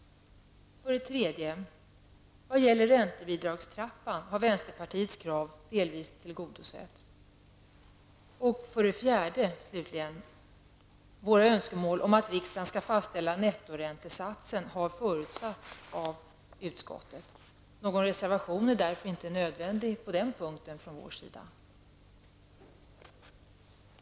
3. Vad gäller räntebidragstrappan har vänsterpartiets krav delvis tillgodosetts. 4. Våra önskemål om att riksdagen skall fastställa nettoräntesatsen har förutsatts av utskottet. Någon reservation är därför inte nödvändig på den punkten från vår sida.